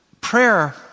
Prayer